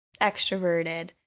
extroverted